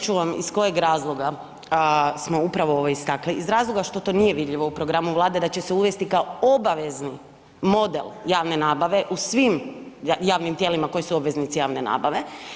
Pa evo reći ću vam iz kojeg razloga smo upravo ovo istakli, iz razlog što to nije vidljivo u programu Vlade da će se uvesti kao obavezni model javne nabave u svim javnim tijelima koji su obveznici javne nabave.